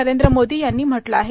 नरेंद्र मोदी यांनी म्हटलं आहे